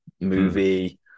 movie